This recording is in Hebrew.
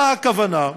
מה הכוונה?